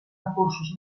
recursos